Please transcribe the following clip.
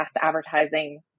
advertising